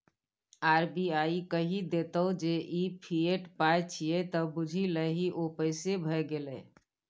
RBI कहि देतौ जे ई फिएट पाय छियै त बुझि लही ओ पैसे भए गेलै